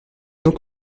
donc